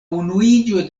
unuiĝo